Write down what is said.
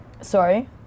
Sorry